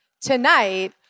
tonight